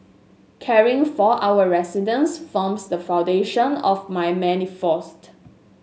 caring for our residents forms the foundation of my manifesto